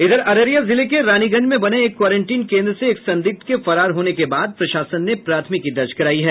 इधर अररिया जिले के रानीगंज में बने एक क्वारेंटिन केन्द्र से एक संदिग्ध के फरार होने के बाद प्रशासन ने प्राथमिकी दर्ज करायी है